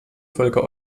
völker